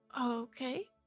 Okay